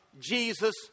Jesus